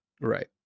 right